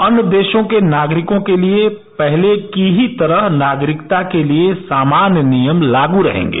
अन्य देशों के नागरिकों के लिए पहले की ही तरह नागरिकता के लिए सामान्य नियम लागू होंगे